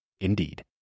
Indeed